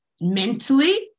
mentally